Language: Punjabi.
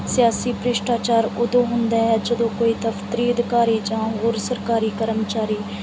ਸਿਆਸੀ ਭ੍ਰਿਸ਼ਟਾਚਾਰ ਉਦੋਂ ਹੁੰਦਾ ਹੈ ਜਦੋਂ ਕੋਈ ਦਫਤਰੀ ਅਧਿਕਾਰੀ ਜਾਂ ਹੋਰ ਸਰਕਾਰੀ ਕਰਮਚਾਰੀ